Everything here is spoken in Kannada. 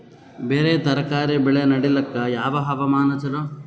ಬೇರ ತರಕಾರಿ ಬೆಳೆ ನಡಿಲಿಕ ಯಾವ ಹವಾಮಾನ ಚಲೋ?